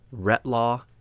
Retlaw